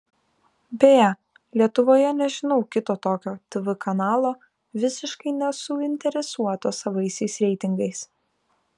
beje lietuvoje nežinau kito tokio tv kanalo visiškai nesuinteresuoto savaisiais reitingais